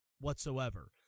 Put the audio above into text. whatsoever